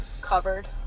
covered